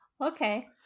Okay